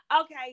Okay